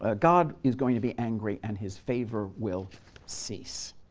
ah god is going to be angry, and his favor will cease.